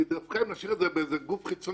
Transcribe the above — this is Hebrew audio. כי אם נשאיר את זה בגוף חיצוני,